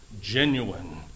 genuine